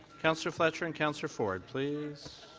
councillor fletcher and councillor ford, please.